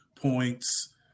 points